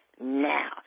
now